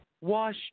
Wash